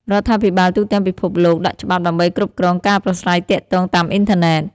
រដ្ឋាភិបាលទូទាំងពិភពលោកដាក់ច្បាប់ដើម្បីគ្រប់គ្រងការប្រាស្រ័យទាក់ទងតាមអ៊ីនធឺណិត។